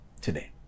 today